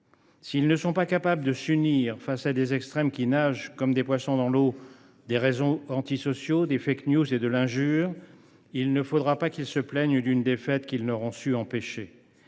S’ils ne sont pas capables de s’unir face à des extrêmes qui nagent comme des poissons dans l’eau des réseaux antisociaux, des et de l’injure, il ne faudra pas qu’ils se plaignent d’une défaite qu’ils n’auront su empêcher.